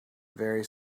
very